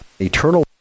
eternal